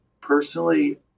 personally